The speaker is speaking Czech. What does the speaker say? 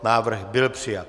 Návrh byl přijat.